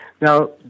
Now